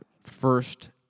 first